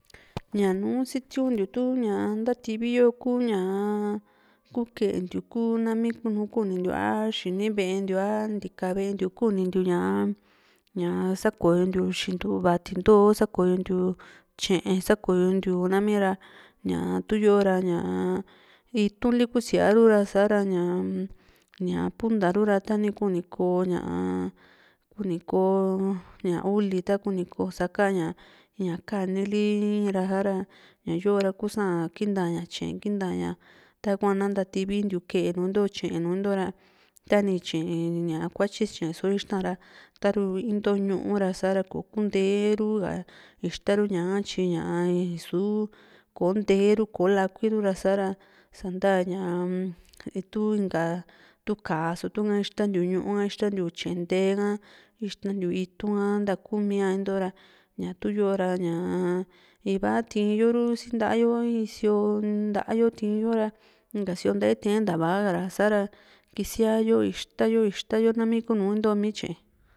ña nu sitiuntiu tu ntativi kuu ñaa ku keentiu ku nami kunu kunintiu a xini ve´e ntiu a a ntika ve´e ntiu kuntiu ña sakoyontiu xintuva tindoo sakoyontiu tye´e sakoyontiu nami ra ña tuyo ra ñaa itu´n li ku siarura ña ña puntaru ra tani kuu ni ko´ñaa tani kuu Niko ña uli tani sa ka´ña ña kanili ha´ra ña yoo ra kusaa´n kinta ña tye´e kintaña tahua na ntativintiu ke´e nùù ntoo tye´e nu ntora tani tye´e ña kuatyi ña so ixta´n ra taru into ñuu ra sa´ra kokuntee ru ka ixtaru ña´ka tyi ñaa isuu kò´o nteeru kò´o lakui ru sa´ra santa ñaa-m tu inka tu ka´a so tu´ha ixtantiu ñuu ha ixtantiu tye´e ntee ha ixtantiu itu´n ha ntakimia intoo ra tuu yo ra ñaa iva tiinyo ru nta´a yo sioo nta´a yo tiin yo ra inka sio nta´ae tiiyo nta vaa kara sa´ra kisia yo ixta yo ixta yo nami kunuu into tye´e.